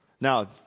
Now